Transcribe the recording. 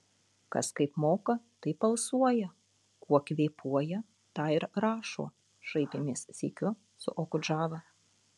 kas kaip moka taip alsuoja kuo kvėpuoja tą ir rašo šaipėmės sykiu su okudžava